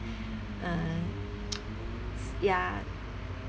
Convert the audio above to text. uh ya